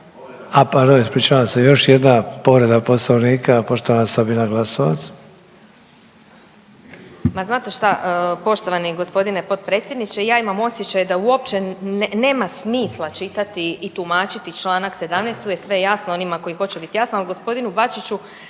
A pardon, ispričavam se, još jedna povreda Poslovnika, poštovana Sabina Glasovac. **Glasovac, Sabina (SDP)** Ma znate šta, poštovani g. potpredsjedniče, ja imam osjećaj da uopće nema smisla čitati i tumačiti čl. 17, tu je sve jasno onima koji hoće bit jasno, ali g. Bačiću